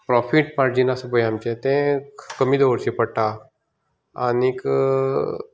profit margin आसा पळय तें कमी दवरचें पडटा आनीक